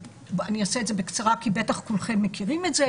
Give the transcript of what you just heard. אני אעשה את זה בקצרה כי בטח כולכם מכירים את זה: